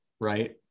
right